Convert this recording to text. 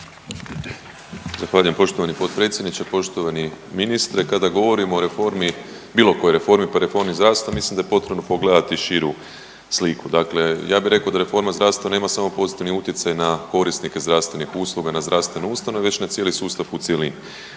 Zahvaljujem poštovani potpredsjedniče. Poštovani ministre, kada govorimo o reformi, bilo kojoj reformi, pa reformi zdravstva mislim da je potrebno pogledati širu sliku. Dakle, ja bi rekao da reforma zdravstva nema samo pozitivni utjecaj na korisnike zdravstvenih usluga i na zdravstvene ustanove već na cijeli sustav u cjelini.